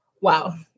Wow